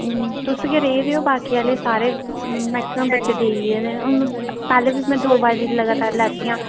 तुस गै रेह्दे ओ बाकी आह्ले सारे मैक्सिमम बच्चे देई गेदे हून पैह्ले बी मै दो बार लगातार लैतियां